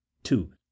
two